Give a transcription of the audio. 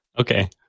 Okay